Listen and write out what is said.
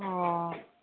ꯑꯣ